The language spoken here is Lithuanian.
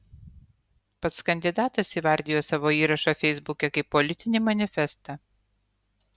pats kandidatas įvardijo savo įrašą feisbuke kaip politinį manifestą